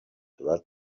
that